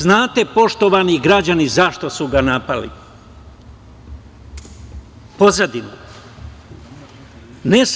Znate li, poštovani građani, zašto su ga napali, pozadinu?